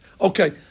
Okay